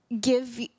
give